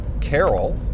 Carol